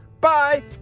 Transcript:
bye